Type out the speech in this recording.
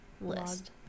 list